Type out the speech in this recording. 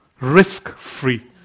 Risk-free